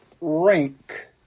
Rank